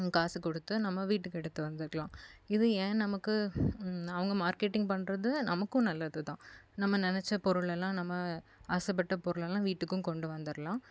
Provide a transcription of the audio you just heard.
காசு கொடுத்து நம்ம வீட்டுக்கு எடுத்து வந்துக்கலாம் இது ஏன் நமக்கு அவங்க மார்க்கெட்டிங் பண்ணுறது நமக்கும் நல்லதுதான் நம்ம நினைச்ச பொருளெல்லாம் நம்ம ஆசைப்பட்ட பொருளெல்லாம் வீட்டுக்கும் கொண்டு வந்துடலாம்